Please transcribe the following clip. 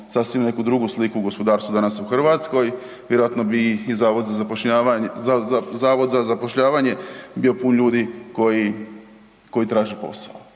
sasvim neku drugu sliku gospodarstva danas u Hrvatskoj vjerojatno bi i zavod za zapošljavanje bio pun ljudi koji traže posao.